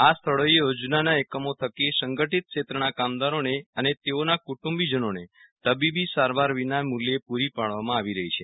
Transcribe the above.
આ સ્થળોએ યોજનાના એકમો થકી સંગઠિત ક્ષેત્રના કામદારોને અને તેઓના કુંટુંબીજનોને તબીબી સારવાર વિના મૂલ્યે પુરી પાડવામાં આવી રહી છે